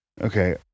okay